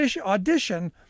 audition